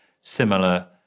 similar